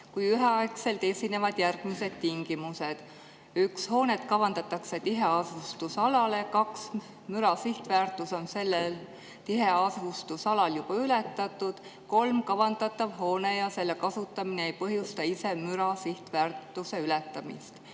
kui üheaegselt esinevad järgmised tingimused: "[…] 1) hoonet kavandatakse tiheasustusalale; 2) müra sihtväärtus on sellel tiheasustusalal juba ületatud; 3) kavandatav hoone ja selle kasutamine ei põhjusta ise müra sihtväärtuse ületamist."